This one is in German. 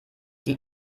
die